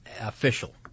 Official